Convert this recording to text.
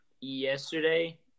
yesterday